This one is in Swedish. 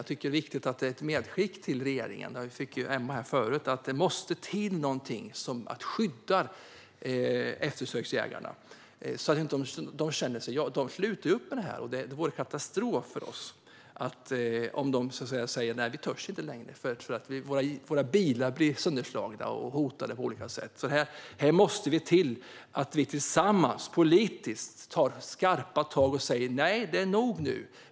Det är viktigt med ett medskick till regeringen - det fick Emma förut - om att det måste till något som skyddar eftersöksjägarna, så att de inte slutar. Det vore en katastrof för oss om de skulle säga: "Vi törs inte längre. Våra bilar blir sönderslagna, och vi blir hotade på olika sätt." Här måste vi tillsammans, politiskt, ta skarpa tag och säga: Nu är det nog.